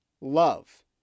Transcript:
love